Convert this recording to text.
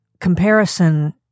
Comparison